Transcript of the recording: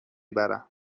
برم